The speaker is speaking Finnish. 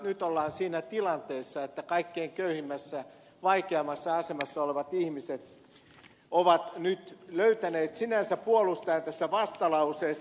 nyt ollaan siinä tilanteessa että kaikkein köyhimmässä vaikeimmassa asemassa olevat ihmiset ovat nyt löytäneet sinänsä puolustajan tässä vastalauseessa